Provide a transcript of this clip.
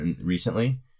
recently